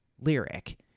lyric